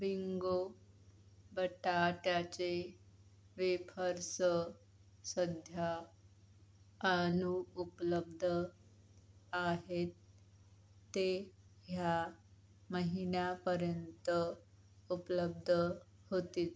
Bingo बटाट्याचे wafers सध्या अनुउपलब्ध आहेत ते ह्या महिन्यापर्यंत उपलब्ध होतील